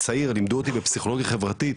לימדו אותי בפסיכולוגיה חברתית,